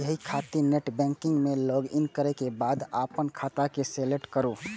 एहि खातिर नेटबैंकिग मे लॉगइन करै के बाद अपन खाता के सेलेक्ट करू